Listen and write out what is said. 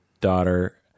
daughter